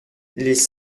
les